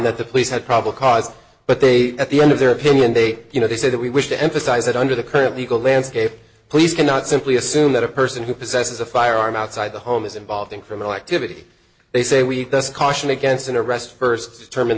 that the police had probably cause but they at the end of their opinion they you know they said that we wish to emphasize that under the current legal landscape police cannot simply assume that a person who possesses a firearm outside the home is involved in criminal activity they say we must caution against